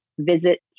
Visit